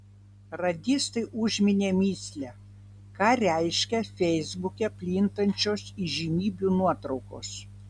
radistai užminė mįslę ką reiškia feisbuke plintančios įžymybių nuotraukos